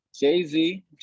Jay-Z